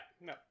No